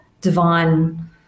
divine